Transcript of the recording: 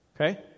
okay